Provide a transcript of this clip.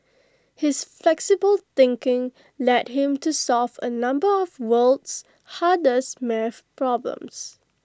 his flexible thinking led him to solve A number of world's hardest math problems